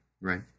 Right